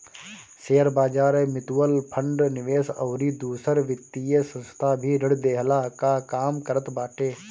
शेयरबाजार, mutual fund, निवेश अउरी दूसर वित्तीय संस्था भी ऋण देहला कअ काम करत बाटे